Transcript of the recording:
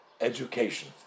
education